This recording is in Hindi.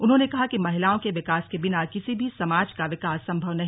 उन्होंने कहा कि महिलाओं के विकास के बिना किसी भी समाज का विकास सम्भव नहीं